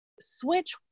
switch